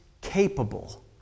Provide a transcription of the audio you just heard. capable